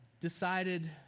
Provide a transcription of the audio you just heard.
decided